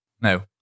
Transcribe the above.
no